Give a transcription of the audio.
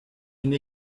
une